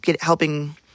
helping